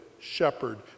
shepherd